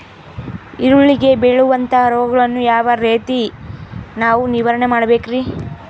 ಈರುಳ್ಳಿಗೆ ಬೇಳುವಂತಹ ರೋಗಗಳನ್ನು ಯಾವ ರೇತಿ ನಾವು ನಿವಾರಣೆ ಮಾಡಬೇಕ್ರಿ?